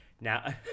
Now